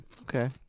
Okay